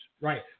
Right